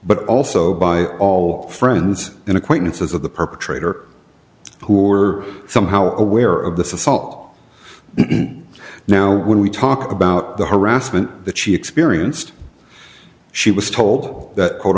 but also by all friends and acquaintances of the perpetrator who are somehow aware of the fault in now when we talk about the harassment that she experienced she was told that quote